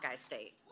State